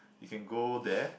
you can go there